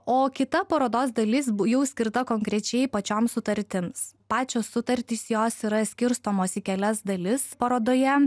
o kita parodos dalis jau skirta konkrečiai pačiom sutartims pačios sutartys jos yra skirstomos į kelias dalis parodoje